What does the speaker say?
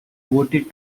voted